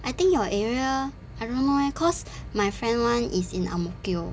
I think your area I don't know eh cause my friend one is in ang mo kio